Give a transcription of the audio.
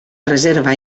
reserva